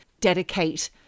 dedicate